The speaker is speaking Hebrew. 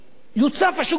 יוצף השוק בדירות.